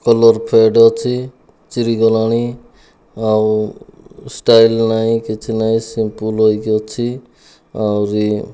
colour fade ଅଛି ଚିରିଗଲାଣି ଆଉ ଷ୍ଟାଇଲ ନାହିଁ କିଛି ନାହିଁ ସିମ୍ପଲ୍ ହୋଇକି ଅଛି ଆହୁରି